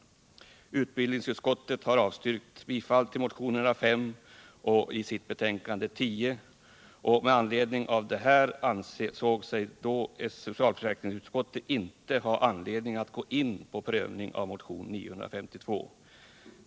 Utbildningsutskottet har avstyrkt bifall till motionen 105 i sitt betänkande nr 10. Med anledning härav ansåg sig socialförsäkringsutskottet inte ha anledning att gå in på en prövning av motionen 952. Herr talman!